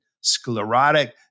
sclerotic